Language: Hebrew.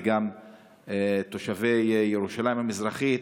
וגם תושבי ירושלים המזרחית,